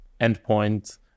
endpoint